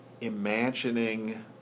imagining